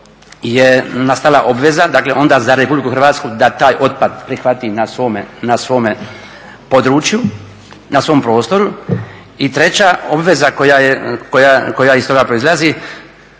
je nastala obveza, dakle onda za Republiku Hrvatsku da taj otpad prihvati na svome prostoru. I treća obveza koja iz toga proizlazi